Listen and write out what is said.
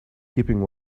keeping